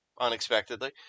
unexpectedly